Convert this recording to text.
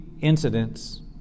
incidents